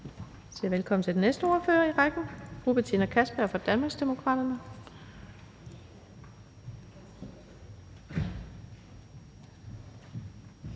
velkommen til den næste ordfører i rækken, fru Betina Kastbjerg fra Danmarksdemokraterne.